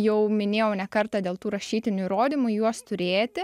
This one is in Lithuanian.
jau minėjau ne kartą dėl tų rašytinių įrodymų juos turėti